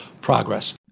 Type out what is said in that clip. progress